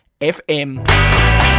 FM